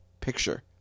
picture